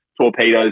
torpedoes